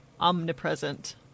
omnipresent